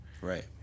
right